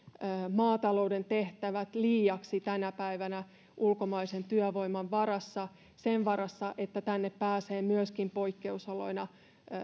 maatalouden tehtävät meillä tänä päivänä liiaksi ulkomaisen työvoiman varassa sen varassa että tänne pääsee myöskin poikkeusoloina